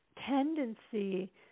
tendency